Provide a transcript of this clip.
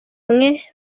mwe